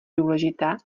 důležitá